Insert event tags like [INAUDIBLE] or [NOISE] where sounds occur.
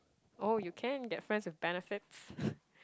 oh you can get friends with benefits [BREATH]